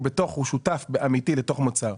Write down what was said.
הוא בתוך, הוא שותף אמיתי לתוך מוצר.